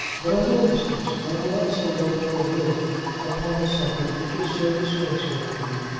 but i won't discuss it. i will not say one more word upon a subject which is so distasteful to me.